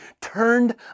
turned